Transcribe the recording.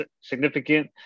significant